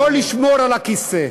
לא לשמור על הכיסא.